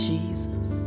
Jesus